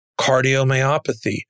cardiomyopathy